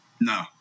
No